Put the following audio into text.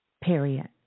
period